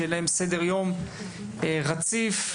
שזקוקים לסדר יום רגוע ורציף,